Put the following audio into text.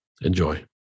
Enjoy